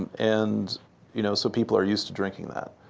and you know so people are used to drinking that.